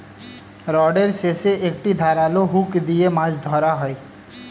রডের শেষে একটি ধারালো হুক দিয়ে মাছ ধরা হয়